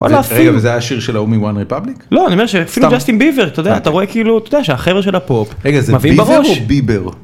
רגע זה השיר של הומי וואן ריפבליק? לא אני אומר שזה אפילו ג'אסטין ביבר אתה יודע אתה רואה כאילו אתה יודע שהחבר של הפופ מביא בראש.